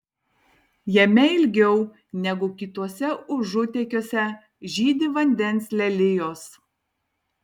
jame ilgiau negu kituose užutėkiuose žydi vandens lelijos